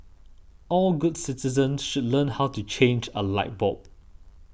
all good citizens should learn how to change a light bulb